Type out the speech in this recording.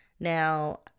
Now